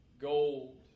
gold